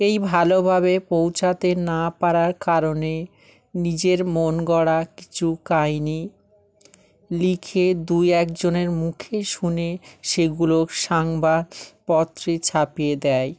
এই ভালোভাবে পৌঁছাতে না পারার কারণে নিজের মন গড়া কিছু কাহিনী লিখে দু একজনের মুখে শুনে সেগুলো সাংবা পত্রে ছাপিয়ে দেয়